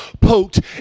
poked